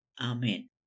Amen